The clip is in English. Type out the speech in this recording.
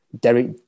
Derek